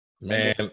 Man